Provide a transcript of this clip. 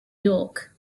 york